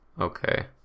Okay